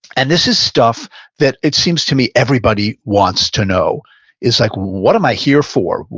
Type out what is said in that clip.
and this is stuff that it seems to me everybody wants to know is like what am i here for?